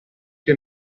che